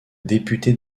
député